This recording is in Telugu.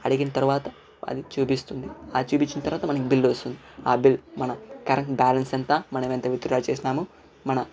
అడిగిన తర్వాత అది చూపిస్తుంది అది చూపించిన తర్వాత మనకి బిల్ వస్తుంది ఆ బిల్ మన కరెంట్ బ్యాలెన్స్ ఎంత మనం ఎంత విత్ డ్రా చేసాము మన